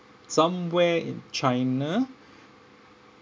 somewhere in china